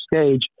stage